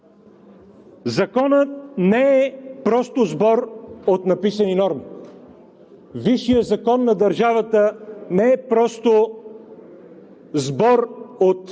Законът не е просто сбор от написани норми, висшият закон на държавата не е просто сбор от